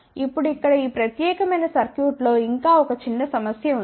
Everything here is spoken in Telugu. ఇప్పుడు ఇక్కడ ఈ ప్రత్యేకమైన సర్క్యూట్ లో ఇంకా ఒక చిన్న సమస్య ఉంది